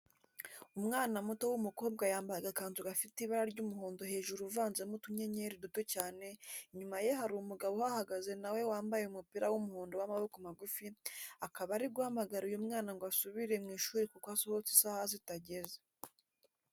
Umwana muto w'umukobwa yambaye agakanzu gafite ibara ry'umuhondo hejuru uvanzemo utunyenyeri duto cyane, inyuma ye hari umugabo uhahagaze na we wambaye umupira w'umuhondo w'amaboko magufi, akaba ari guhamagara uyu mwana ngo asubire mu ishuri kuko asohotse isaha zitageze.